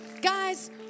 Guys